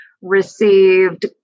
received